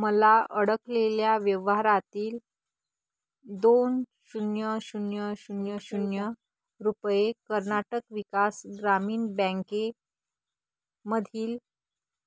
मला अडकलेल्या व्यवहारातील दोन शून्य शून्य शून्य शून्य रुपये कर्नाटक विकास ग्रामीण बँकेमधील